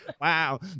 wow